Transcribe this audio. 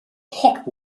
hot